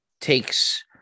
takes